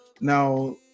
Now